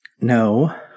No